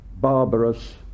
barbarous